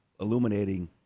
illuminating